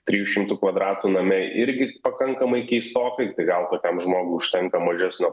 trijų šimtų kvadratų name irgi pakankamai keistokai tai gal kokiam žmogui užtenka mažesnio